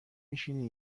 میشینی